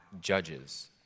judges